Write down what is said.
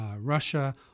Russia